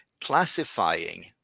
classifying